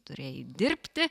turėjai dirbti